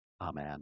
amen